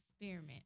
Experiment